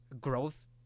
growth